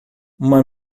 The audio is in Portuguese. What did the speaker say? uma